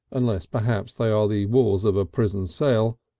unless perhaps they are the walls of a prison cell,